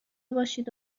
باشید